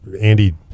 Andy